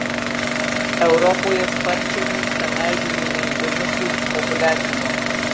europoje sparčiai nyksta meldinių nendrinukių populiacija